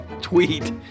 tweet